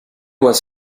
was